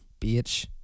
bitch